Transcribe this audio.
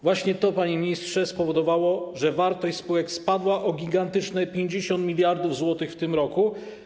Właśnie to, panie ministrze, spowodowało, że wartość spółek spadła o gigantyczne 50 mld zł w tym roku.